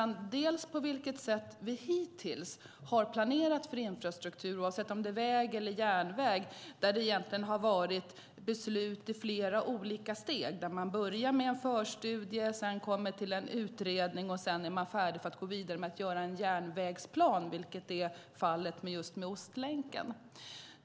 När vi hittills har planerat för infrastruktur, oavsett om det varit för väg eller järnväg, har det egentligen varit beslut i flera olika steg. Man börjar med en förstudie. Sedan kommer en utredning. Därefter är man färdig för att gå vidare och göra en järnvägsplan, vilket är fallet med Ostlänken.